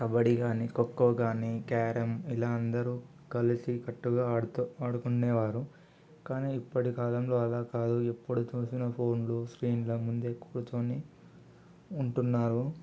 కబడ్డీ కానీ ఖోఖో కానీ క్యారమ్ ఇలా అందరు కలిసి కట్టుగా ఆడుతు ఆడుకునేవారు కానీ ఇప్పటికాలంలో అలాకాదు ఎప్పుడు చూసినా ఫోన్లు స్క్రీన్ల ముందే కూర్చుని ఉంటున్నారు